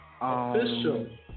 Official